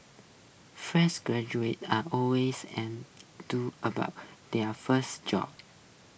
fresh graduates are always about their first job